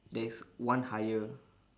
there is one higher